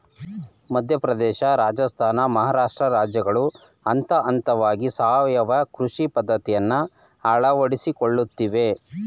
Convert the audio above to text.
ಮಧ್ಯಪ್ರದೇಶ, ರಾಜಸ್ಥಾನ, ಮಹಾರಾಷ್ಟ್ರ ರಾಜ್ಯಗಳು ಹಂತಹಂತವಾಗಿ ಸಾವಯವ ಕೃಷಿ ಪದ್ಧತಿಯನ್ನು ಅಳವಡಿಸಿಕೊಳ್ಳುತ್ತಿವೆ